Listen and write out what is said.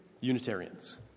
Unitarians